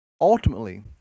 Ultimately